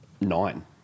nine